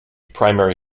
primary